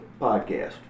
podcast